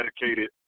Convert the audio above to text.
dedicated